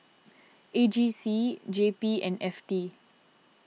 A G C J P and F T